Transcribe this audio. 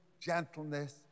gentleness